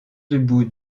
debout